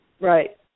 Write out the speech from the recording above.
Right